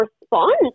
response